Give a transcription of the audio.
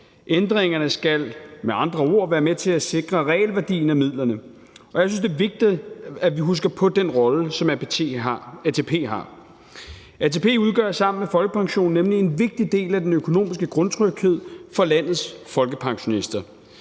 med andre ord være med til at sikre realværdien af midlerne, og jeg synes, det er vigtigt, at vi husker på den rolle, som ATP har. ATP udgør sammen med folkepensionen nemlig en vigtig del af den økonomiske grundtryghed for landets folkepensionister.